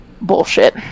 bullshit